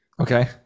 Okay